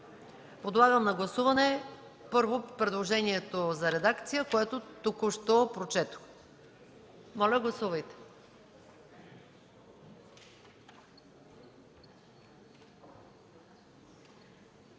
Подлагам на гласуване първо предложението за редакция, което току-що прочетох. Гласували